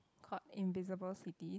called invisible cities